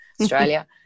australia